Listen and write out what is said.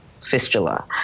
fistula